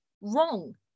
wrong